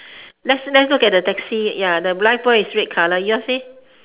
let's let's look at the taxi ya the life buoy is red colour yours leh